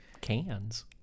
Cans